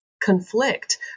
conflict